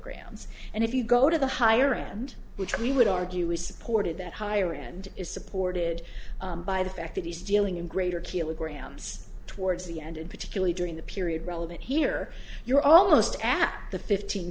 kilograms and if you go to the high around which we would argue is supported that higher end is supported by the fact that he's dealing in greater kilograms towards the end and particularly during the period relevant here you're almost at the fifteen